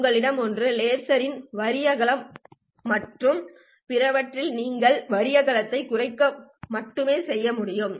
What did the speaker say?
உங்களிடம் ஒன்று லேசரின் வரி அகலம் and மற்றும் பிறவற்றில் நீங்கள் வரி அகலத்தைக் குறைக்க மட்டுமே செய்ய முடியும்